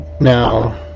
Now